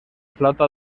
flauta